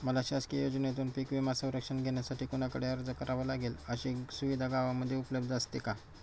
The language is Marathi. मला शासकीय योजनेतून पीक विमा संरक्षण घेण्यासाठी कुणाकडे अर्ज करावा लागेल? अशी सुविधा गावामध्ये उपलब्ध असते का?